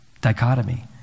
dichotomy